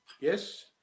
Yes